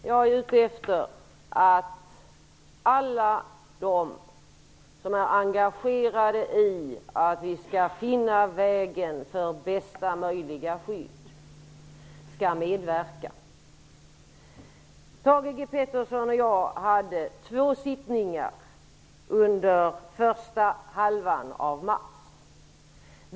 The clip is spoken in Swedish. Herr talman! Jag är ute efter att alla de som är engagerade i att vi skall finna vägen för bästa möjliga skydd skall medverka. Thage G Peterson och jag hade två möten under första delen av mars månad.